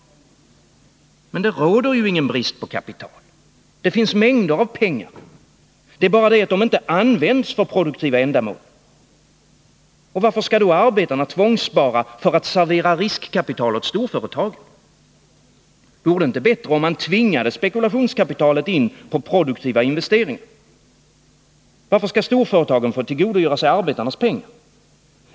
Men det råder ju ingen brist på kapital. Det finns mängder av pengar. Det är bara det att de inte används för produktiva ändamål. Varför skall då arbetarna tvångsspara för att servera riskkapital åt storföretagen? Vore det inte bättre om man tvingade spekulationskapitalet in på produktiva investeringar? Varför skall storföretagen få tillgodogöra sig arbetarnas pengar?